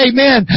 Amen